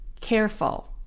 careful